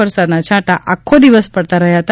વરસાદના છાંટા આખો દિવસ પડતા રહ્યા હતા